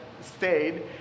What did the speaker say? stayed